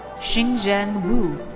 xingzhen wu.